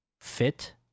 fit